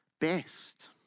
best